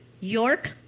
York